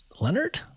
leonard